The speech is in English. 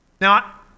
Now